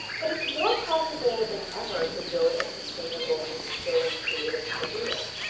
but it's more possible than ever to build a sustainable and fulfilling creative career.